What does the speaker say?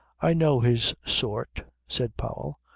i know his sort, said powell,